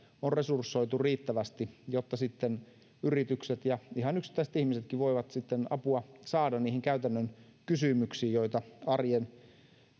on resursoitu riittävästi jotta yritykset ja ihan yksittäiset ihmisetkin voivat sitten apua saada niihin käytännön kysymyksiin joita arjen